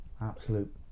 absolute